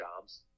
jobs